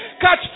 catch